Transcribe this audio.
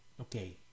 Okay